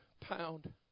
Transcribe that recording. pound